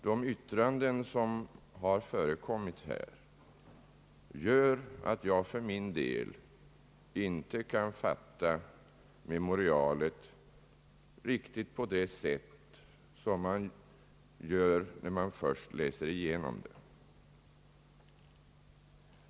De yttranden som har förekommit här gör dock att jag för min del inte kan fatta memorialet riktigt på samma sätt som när man först läser igenom det.